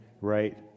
right